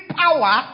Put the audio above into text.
power